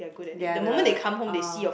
they are the uh